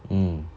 mm